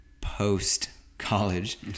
post-college